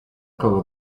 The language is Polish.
kogo